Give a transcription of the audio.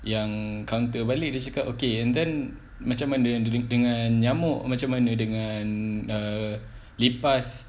yang counter balik dia cakap okay and then macam mana handling dengan nyamuk macam mana dengan err lipas